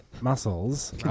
muscles